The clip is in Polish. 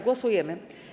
Głosujemy.